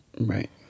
Right